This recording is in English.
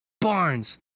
Barnes